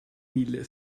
mille